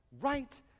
right